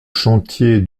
chantier